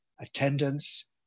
attendance